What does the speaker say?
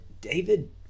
David